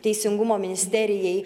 teisingumo ministerijai